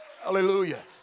Hallelujah